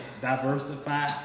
Diversify